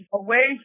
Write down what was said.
away